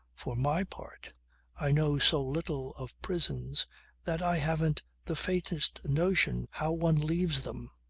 for my part i know so little of prisons that i haven't the faintest notion how one leaves them.